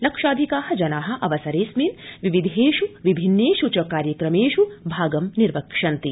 लक्षाधिका जना अवसरेऽस्मिन विविधेष विभिन्नेषु च कार्यक्रमेषु भागं निर्वक्ष्यन्ति